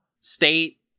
state